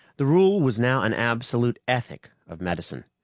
the rule was now an absolute ethic of medicine.